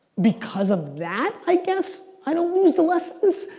because of that, i guess? i don't lose the lessons?